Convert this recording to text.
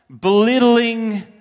belittling